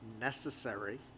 necessary